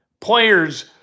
players